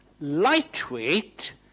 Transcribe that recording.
lightweight